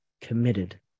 committed